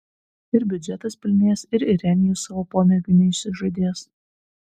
ir biudžetas pilnės ir irenijus savo pomėgių neišsižadės